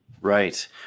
Right